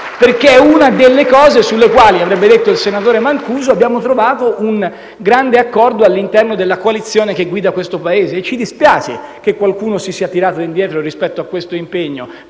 infatti una delle questioni sulle quali - avrebbe detto il senatore Mancuso - abbiamo trovato un grande accordo all'interno della coalizione che guida questo Paese, e ci dispiace che qualcuno si sia tirato indietro rispetto a questo impegno